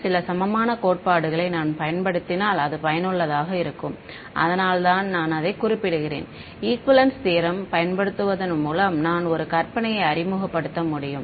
சில சமமான கோட்பாடுகளை நான் பயன்படுத்தினால் அது பயனுள்ளதாக இருக்கும் அதனால்தான் நான் அதைக் குறிப்பிடுகிறேன் ஈகுவேலென்ஸ் தியரம் பயன்படுத்துவதன் மூலம் நான் ஒரு கற்பனையை அறிமுகப்படுத்த முடியும்